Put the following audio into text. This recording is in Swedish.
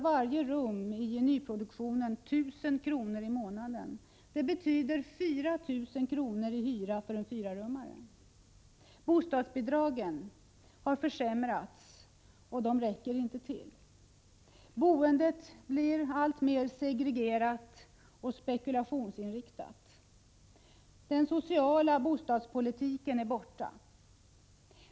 Varje rum i nyproduktionen kostar nu 1 000 kr. i månaden. Det betyder 4 000 kr. i hyra för en fyrarummare. Bostadsbidragen har försämrats, och de räcker nu inte till. Boendet blir också alltmer segregerat och spekulationsinriktat. Den sociala bostadspolitiken är borta.